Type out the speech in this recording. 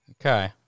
Okay